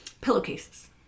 pillowcases